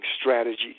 strategy